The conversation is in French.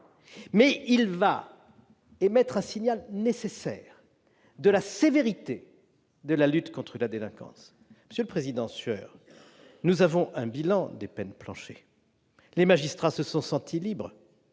mais il va émettre un signal nécessaire, celui de la sévérité de la lutte contre la délinquance. Monsieur Sueur, nous avons un bilan des peines planchers. Les magistrats se sont sentis libres